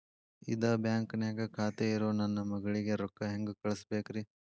ಇದ ಬ್ಯಾಂಕ್ ನ್ಯಾಗ್ ಖಾತೆ ಇರೋ ನನ್ನ ಮಗಳಿಗೆ ರೊಕ್ಕ ಹೆಂಗ್ ಕಳಸಬೇಕ್ರಿ?